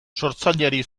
sortzaileari